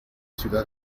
ciudad